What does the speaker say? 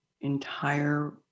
entire